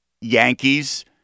Yankees